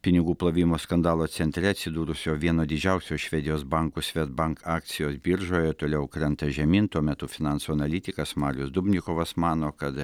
pinigų plovimo skandalo centre atsidūrusio vieno didžiausio švedijos bankų swedbank akcijos biržoje toliau krenta žemyn tuo metu finansų analitikas marius dubnikovas mano kad